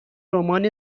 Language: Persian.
رمان